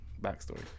backstory